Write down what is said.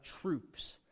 troops